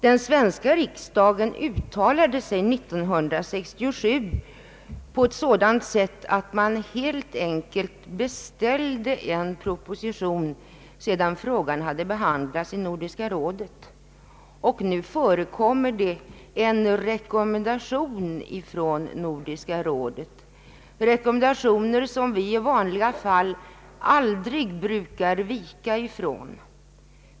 Den svenska riksdagen uttalade sig 1967 på ett sådant sätt att man helt enkelt beställde en proposition sedan frågan hade behandlats i Nordiska rådet, och nu finns det en rekommendation från Nordiska rådet. Sådana rekommenda Ang. förbud mot professionell boxning tioner brukar vi i vanliga fall inte vika ifrån.